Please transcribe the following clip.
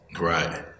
Right